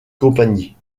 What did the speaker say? company